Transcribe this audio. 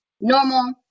normal